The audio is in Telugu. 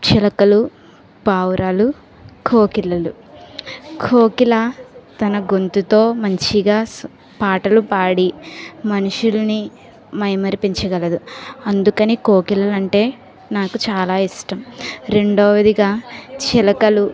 చిలకలు పావురాలు కోకిలలు కోకిల తన గొంతుతో మంచిగా పాటలు పాడి మనుషులను మైమరపించగలదు అందుకని కోకిలలు అంటే నాకు చాలా ఇష్టం రెండవదిగా చిలకలు